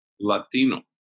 Latino